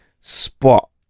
spot